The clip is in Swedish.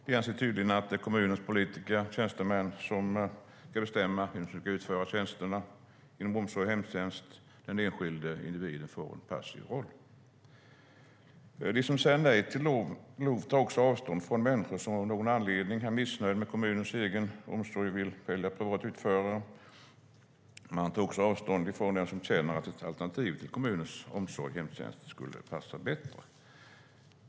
De anser tydligen att det är kommunens politiker och tjänstemän som ska bestämma vem som ska utföra tjänsterna inom omsorg och hemtjänst. Den enskilda individen får en passiv roll. De som säger nej till LOV tar avstånd från människor som av någon anledning är missnöjda med kommunens omsorg och själva vill prova att utföra den. De tar också avstånd från dem som känner att ett alternativ till kommunens omsorg och hemtjänst skulle passa bättre.